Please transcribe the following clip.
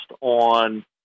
on